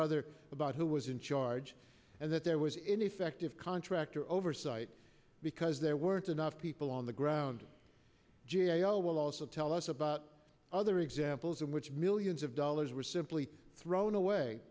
other about who was in charge and that there was in effect of contractor oversight because there weren't enough people on the ground g a o will also tell us about other examples in which millions of dollars were simply thrown away